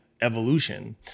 evolution